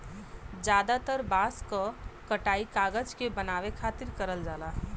जादातर बांस क कटाई कागज के बनावे खातिर करल जाला